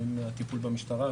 הטיפול במשטרה,